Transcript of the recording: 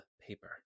paper